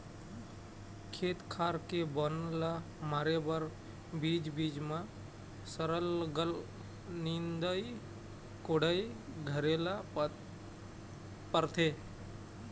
खेत खार के बन ल मारे बर बीच बीच म सरलग निंदई कोड़ई करे ल परथे